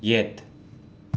ꯌꯦꯠ